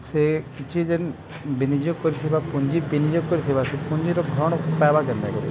ସେ କିଛି ଯେନ୍ ବିନିଯୋଗ୍ କରିଥିବା ପୁଞ୍ଜି ବିନିଯୋଗ୍ କରିଥିବା ସେ ପୁଞ୍ଜିର ଭରଣ ପାଏବା କେନ୍ତା କରି